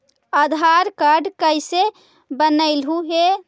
आधार card कईसे बनैलहु हे?